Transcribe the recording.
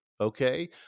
okay